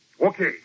Okay